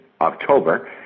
October